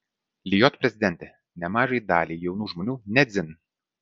lijot prezidentė nemažai daliai jaunų žmonių ne dzin